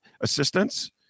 assistance